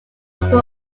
after